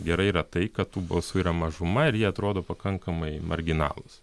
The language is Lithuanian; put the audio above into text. gerai yra tai kad tų balsų yra mažuma ir jie atrodo pakankamai marginalūs